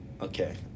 Okay